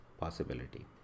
possibility